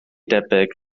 debyg